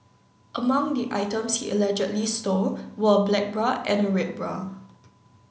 among the items he allegedly stole were a black bra and a red bra